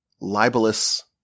libelous